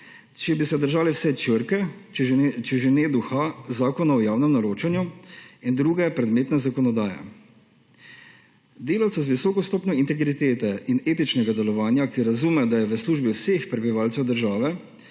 če bi se držali vseh črk zakona, če že ne duha Zakona o javnem naročanju in druge predmetne zakonodaje. Delavca z visoko stopnjo integritete in etičnega delovanja, ki razume, da je v službi vseh prebivalcev države,